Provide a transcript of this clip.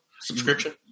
subscription